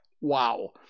wow